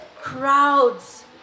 crowds